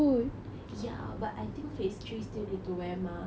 ya but I think phase three still need to wear mask